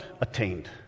attained